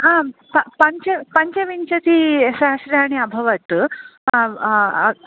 आम् पञ्च पञ्चविंशती सहस्राणि अभवत्